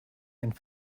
and